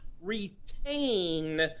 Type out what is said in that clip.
retain